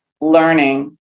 learning